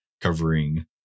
covering